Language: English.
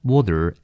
Water